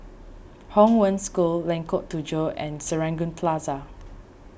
Hong Wen School Lengkok Tujoh and Serangoon Plaza